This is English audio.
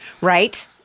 Right